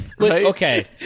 Okay